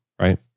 right